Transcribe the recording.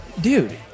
Dude